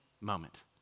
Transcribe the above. moment